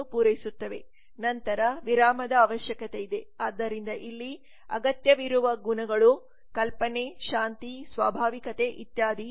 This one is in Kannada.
ನಂತರ ವಿರಾಮದ ಅವಶ್ಯಕತೆಯಿದೆ ಆದ್ದರಿಂದ ಇಲ್ಲಿ ಅಗತ್ಯವಿರುವ ಗುಣಗಳು ಕಲ್ಪನೆ ಶಾಂತಿ ಸ್ವಾಭಾವಿಕತೆ ಇತ್ಯಾದಿ